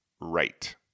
Right